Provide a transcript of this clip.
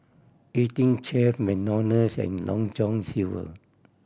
Eighteen Chef McDonald's and Long John Silver